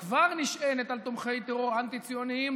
שכבר נשענת על תומכי טרור אנטי-ציוניים,